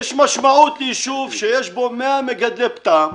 יש משמעות ליישוב שיש בו 100 מגדלי פטם,